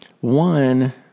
one